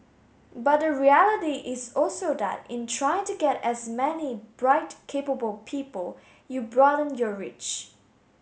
but the reality is also that in trying to get as many bright capable people you broaden your reach